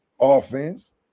offense